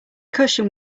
cushion